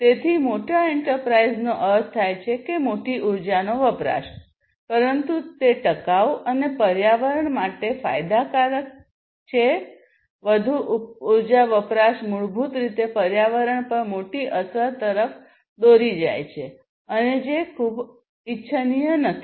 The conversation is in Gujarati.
તેથી મોટા એન્ટરપ્રાઇઝનો અર્થ થાય છે મોટા ઉર્જા વપરાશ પરંતુ તે ટકાઉ અને પર્યાવરણ માટે ફાયદાકારક છે વધુ ઉર્જા વપરાશ મૂળભૂત રીતે પર્યાવરણ પર મોટી અસર તરફ દોરી જાય છે અને જે ખૂબ ઇચ્છનીય નથી